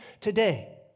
today